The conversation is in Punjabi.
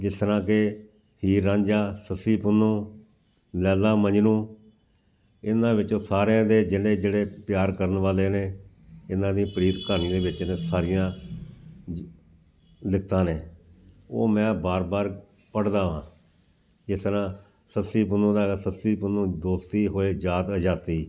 ਜਿਸ ਤਰ੍ਹਾਂ ਕਿ ਹੀਰ ਰਾਂਝਾ ਸੱਸੀ ਪੁੰਨੂ ਲੈਲਾ ਮਜਨੂੰ ਇਹਨਾਂ ਵਿੱਚੋਂ ਸਾਰਿਆਂ ਦੇ ਜਿਹੜੇ ਜਿਹੜੇ ਪਿਆਰ ਕਰਨ ਵਾਲੇ ਨੇ ਇਹਨਾਂ ਦੀ ਪ੍ਰੀਤ ਕਹਾਣੀ ਦੇ ਵਿੱਚ ਨੇ ਸਾਰੀਆਂ ਲਿਖਤਾਂ ਨੇ ਉਹ ਮੈਂ ਬਾਰ ਬਾਰ ਪੜ੍ਹਦਾ ਹਾਂ ਜਿਸ ਤਰਾਂ ਸੱਸੀ ਪੁੰਨੂ ਦਾ ਹੈਗਾ ਸੱਸੀ ਪੁੰਨੂੰ ਦੋਸਤੀ ਹੋਏ ਜਾਤ ਅਜਾਤੀ